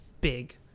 big